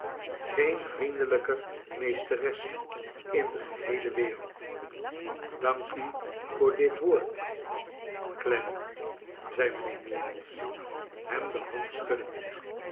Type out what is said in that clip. gceii vriendelijker mees teres in de geheele wereld dank u voor dit woord clen i nam zei mijnheer meagles hem de hand schuddende